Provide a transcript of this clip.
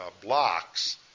blocks